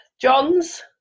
John's